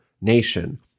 nation